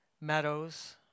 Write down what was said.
meadows